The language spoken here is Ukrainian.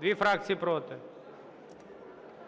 Дві фракції проти.